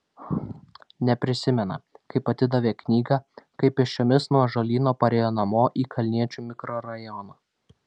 neprisimena kaip atidavė knygą kaip pėsčiomis nuo ąžuolyno parėjo namo į kalniečių mikrorajoną